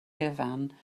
gyfan